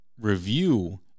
review